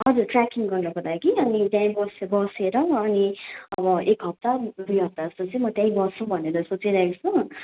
हजुर ट्रेकिङ गर्नको लागि अनि त्यहीँ बसे बसेर अनि अब एक हप्ता दुई हप्ता जस्तो चाहिँ म त्यहीँ बसौँ भनेर सोचिरहेको छु